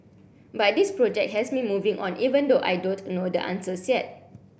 but this project has me moving on even though I don't know the answers yet